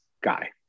guy